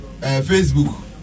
Facebook